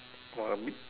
!wah! a bit